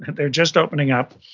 they're just opening up,